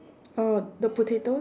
oh the potatoes